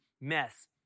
mess